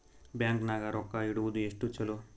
Bank ನಾಗ ರೊಕ್ಕ ಇಡುವುದು ಎಷ್ಟು ಚಲೋ?